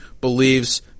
believes